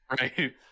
Right